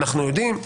אנחנו יודעים,